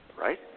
right